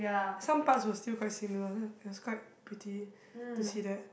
some parts were still quite similar it was quite pretty to see that